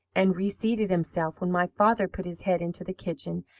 and reseated himself, when my father put his head into the kitchen,